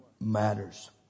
matters